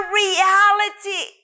reality